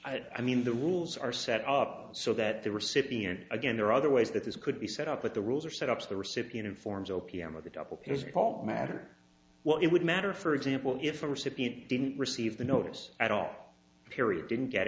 i mean the rules are set up so that the recipient again there are other ways that this could be set up with the rules are set up so the recipient informs o p m of the double pairs part matter what it would matter for example if the recipient didn't receive the notice at all period didn't get